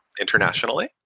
internationally